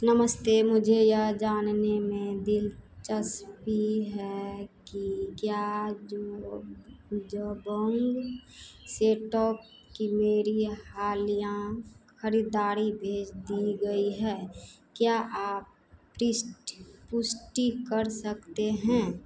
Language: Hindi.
नमस्ते मुझे यह जानने में दिलचस्पी है कि क्या जबोंग से टॉप की मेरी हालिया खरीदारी भेज दी गई है क्या आप पृष्ट पुष्टि कर सकते हैं